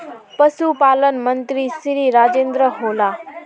पशुपालन मंत्री श्री राजेन्द्र होला?